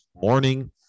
morning